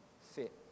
fit